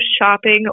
shopping